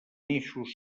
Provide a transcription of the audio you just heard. eixos